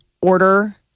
Order